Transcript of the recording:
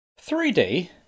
3D